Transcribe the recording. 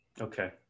Okay